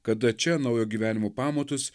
kada čia naujo gyvenimo pamatus